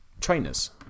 trainers